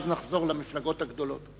ואז נחזור למפלגות הגדולות.